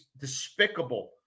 despicable